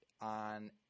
on –